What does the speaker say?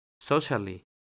socially